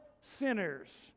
sinners